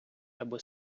аби